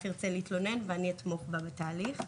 תרצה להתלונן ואני אתמוך בה בתהליך.